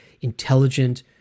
intelligent